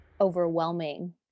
overwhelming